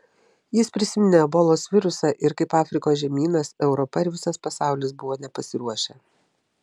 jis prisiminė ebolos virusą ir kaip afrikos žemynas europa ir visas pasaulis buvo nepasiruošę